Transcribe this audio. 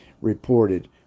reported